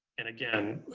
and again,